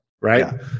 Right